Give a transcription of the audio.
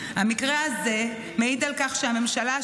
המקרה הזה מעיד על כך שהממשלה,